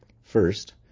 First